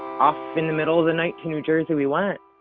off in the middle of the night to new jersey we went.